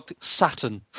Saturn